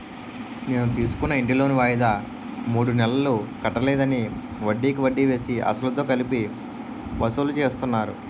నేను తీసుకున్న ఇంటి లోను వాయిదా మూడు నెలలు కట్టలేదని, వడ్డికి వడ్డీ వేసి, అసలుతో కలిపి వసూలు చేస్తున్నారు